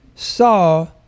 saw